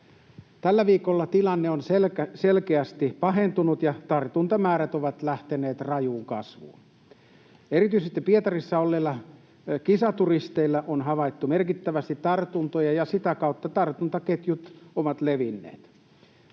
Tällä viikolla tilanne on selkeästi pahentunut ja tartuntamäärät ovat lähteneet rajuun kasvuun. Erityisesti Pietarissa olleilla kisaturisteilla on havaittu merkittävästi tartuntoja, ja sitä kautta tartuntaketjut ovat levinneet.